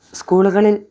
സ്കൂളുകളിൽ